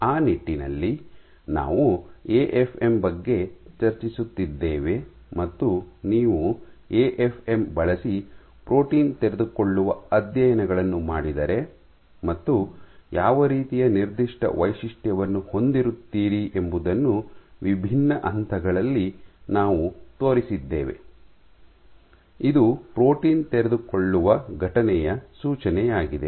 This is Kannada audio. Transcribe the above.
ಆ ನಿಟ್ಟಿನಲ್ಲಿ ನಾವು ಎಎಫ್ಎಂ ಬಗ್ಗೆ ಚರ್ಚಿಸುತ್ತಿದ್ದೇವೆ ಮತ್ತು ನೀವು ಎಎಫ್ಎಂ ಬಳಸಿ ಪ್ರೋಟೀನ್ ತೆರೆದುಕೊಳ್ಳುವ ಅಧ್ಯಯನಗಳನ್ನು ಮಾಡಿದರೆ ಮತ್ತು ಯಾವ ರೀತಿಯ ನಿರ್ದಿಷ್ಟ ವೈಶಿಷ್ಟ್ಯವನ್ನು ಹೊಂದಿರುತ್ತೀರಿ ಎಂಬುದನ್ನು ವಿಭಿನ್ನ ಹಂತಗಳಲ್ಲಿ ನಾವು ತೋರಿಸಿದ್ದೇವೆ ಇದು ಪ್ರೋಟೀನ್ ತೆರೆದುಕೊಳ್ಳುವ ಘಟನೆಯ ಸೂಚನೆಯಾಗಿದೆ